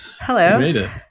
Hello